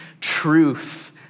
truth